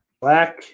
black